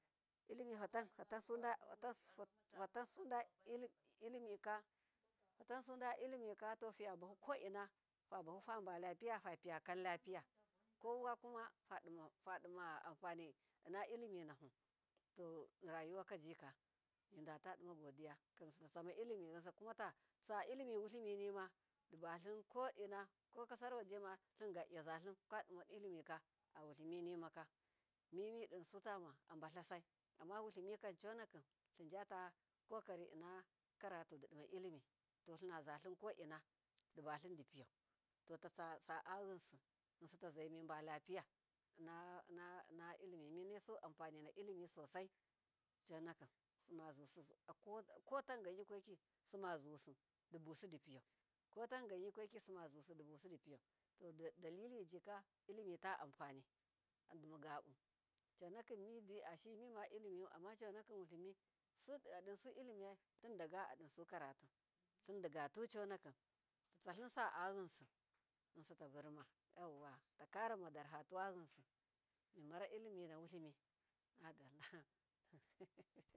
Llimi fatan fatasuda llimika fatansuda llimita fiyabahu koinna fabalapiya fapiya kamlapiya kokuma fadima anfani innalliminafa rayuwakajika midatadima godiya, yinsiya tsama llimi kamatatsa llimi wutliminma dibatlin koinna kokasar wajema tli mgu iyaze tlim kwadima llimika awutlimika, mimidinsutama abatlasai amma wutlimi kam conakim tlimjata kokari inna karatu dimallimi toki nazatlin koinna dibatlindipiyau tetatsasaa yinsi, yinsitazai mibalapiya inna llimi minai su afanina llimi sosai simazusu kotan gan yukwaiki dizusu dibusi dipiyau, kotangan yukwaki simdibusidipiyau daliliji ka llimi ta anfani dimagabu, conakim miji ashihi mimaflimi amma conaki wutlimi adillimiyai tindaga asukaratu tlindigatu conaki, tatsatlin saa ayinsi yinsitaburma yauwa takarama darhatuwa yinsi mimora llimu nawutlimi.